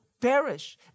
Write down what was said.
Perish